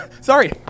Sorry